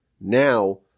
Now